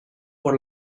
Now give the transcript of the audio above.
por